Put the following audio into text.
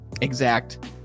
exact